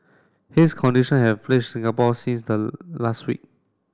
haze condition have Singapore since the last week